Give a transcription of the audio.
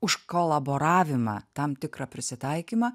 už kolaboravimą tam tikrą prisitaikymą